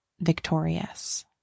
victorious